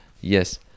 Yes